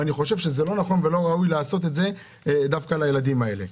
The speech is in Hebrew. ולא ראוי ונכון לעשות את זה דווקא לילדים האלה.